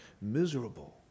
miserable